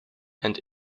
and